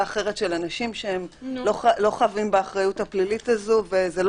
אחרת של אנשים שהם לא חייבים באחריות הפלילית הזאת.